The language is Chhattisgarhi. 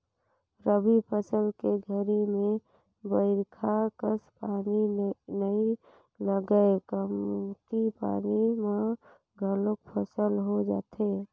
रबी फसल के घरी में बईरखा कस पानी नई लगय कमती पानी म घलोक फसल हो जाथे